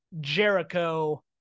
Jericho